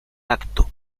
acto